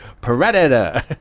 Predator